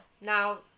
Now